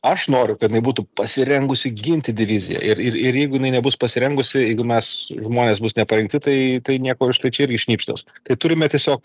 aš noriu kad jinai būtų pasirengusi ginti diviziją ir ir ir jeigu jinai nebus pasirengusi jeigu mes žmonės bus neparengti tai tai nieko iš tai čia irgi šnipštas tai turime tiesiog